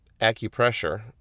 acupressure